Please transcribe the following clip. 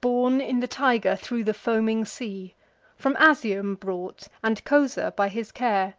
borne in the tiger thro' the foaming sea from asium brought, and cosa, by his care